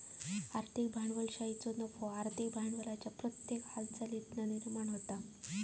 आर्थिक भांडवलशाहीचो नफो आर्थिक भांडवलाच्या प्रत्येक हालचालीतुन निर्माण होता